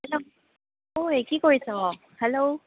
hello অ'ই কি কৰিছ হেল্ল'